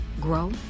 grow